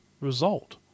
result